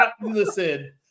Listen